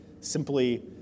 simply